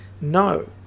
no